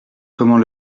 comment